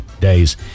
days